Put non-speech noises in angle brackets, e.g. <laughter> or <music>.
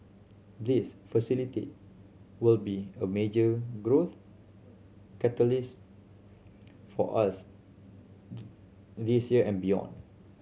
this facility will be a major growth catalyst for us <unintelligible> this year and beyond